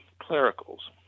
clericals